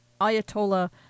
Ayatollah